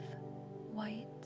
white